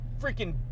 Freaking